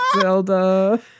Zelda